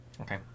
Okay